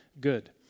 good